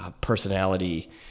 personality